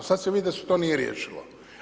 Sada se vidi da se to nije riješilo.